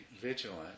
vigilant